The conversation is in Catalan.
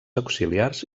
auxiliars